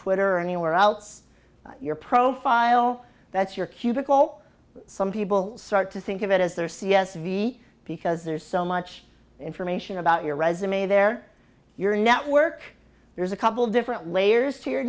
twitter or anywhere outs your profile that's your cubicle some people start to think of it as their c s v because there's so much information about your resume they're your network there's a couple different layers to your